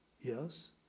Yes